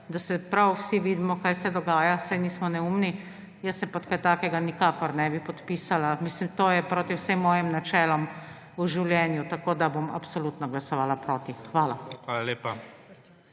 da se prav vsi vidimo, kaj se dogaja, saj nismo neumni, jaz se pod kaj takega nikakor nebi podpisala. Misim, to je proti vsem mojim načelom v življenju. Tako, da bom absolutno glasovala proti. Hvala. PREDSEDNIK